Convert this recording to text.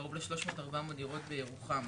קרוב ל-300-400 דירות בירוחם?